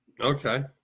Okay